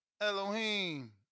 Elohim